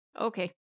Okay